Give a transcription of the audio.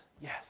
Yes